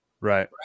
Right